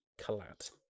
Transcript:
Collat